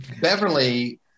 Beverly